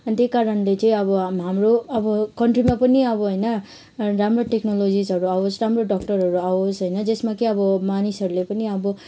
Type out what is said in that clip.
अनि त्यही कारणले चाहिँ अब हाम हाम्रो अब कन्ट्रीमा पनि अब होइन राम्रो टेक्नोलजिसहरू आओस् राम्रो डाक्टरहरू आओस् होइन जसमा कि अब मानिसहरूले पनि अब